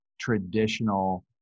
traditional